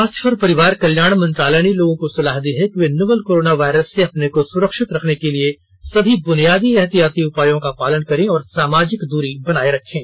स्वास्थ्य और परिवार कल्याण मंत्रालय ने लोगों को सलाह दी है कि ये नोवल कोरोना वायरस से अपने को सुरक्षित रखने के लिए सभी बुनियादी एहतियाती उपायों का पालन करें और सामाजिक दूरी बनाए रखें